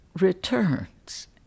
Returns